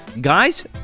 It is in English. Guys